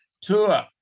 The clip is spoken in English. tour